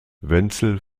wenzel